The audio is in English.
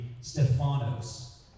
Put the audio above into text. Stephanos